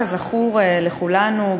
כזכור לכולנו,